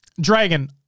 Dragon